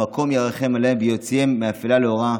המקום ירחם עליהם ויוציאם מאפלה לאורה,